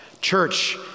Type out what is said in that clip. Church